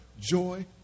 joy